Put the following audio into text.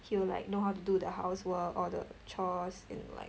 he will like know how do the housework or the chores and like